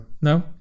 No